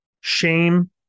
shame